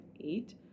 eight